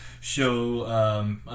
show